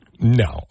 No